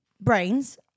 brains